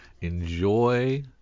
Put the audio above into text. enjoy